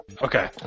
Okay